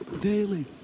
daily